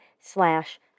slash